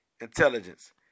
intelligence